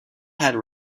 had